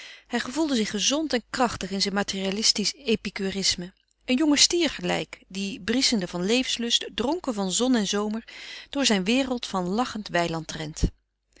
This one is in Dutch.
hij gevoelde zich gezond en krachtig in zijn materialistisch epicurisme een jongen stier gelijk die brieschende van levenslust dronken van zon en zomer door zijn wereld van lachend weiland rent